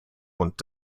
und